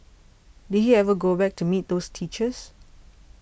did he ever go back to meet those teachers